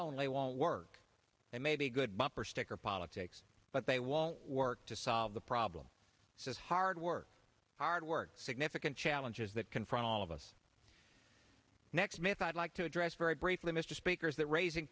only won't work and may be good bumper sticker politics but they won't work to solve the problem says hard work hard work significant challenges that confront all of us next myth i'd like to address very briefly mr speaker is that raising